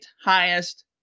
highest